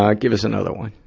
um give us another one.